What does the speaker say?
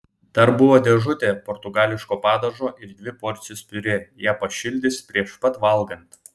dar buvo dėžutė portugališko padažo ir dvi porcijos piurė ją pašildys prieš pat valgant